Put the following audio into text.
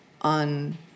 on